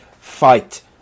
fight